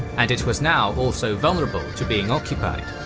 and it was now also vulnerable to being occupied.